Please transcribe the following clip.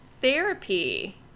therapy